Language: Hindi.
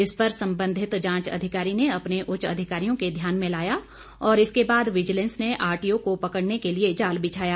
इस पर संबंधित जांच अधिकारी ने अपने उच्च अधिकारियों के ध्यान में लाया और इसके बाद विजिलेंस ने आरटीओ को पकड़ने के लिए जाल बिछाया